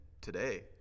today